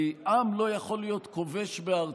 כי עם לא יכול להיות כובש בארצו,